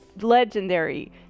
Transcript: Legendary